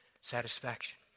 satisfaction